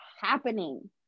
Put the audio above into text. happening